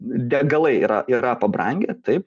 degalai yra yra pabrangę taip